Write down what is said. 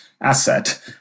asset